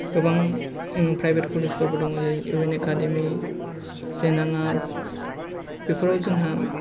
गोबां प्रायभेत कलेजफोरबो दङ जेरै इउ एन एकाडेमि सेनानाज बेफोराव जोंहा